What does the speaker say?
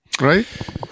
Right